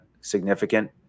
significant